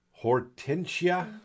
Hortensia